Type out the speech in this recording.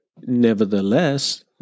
Nevertheless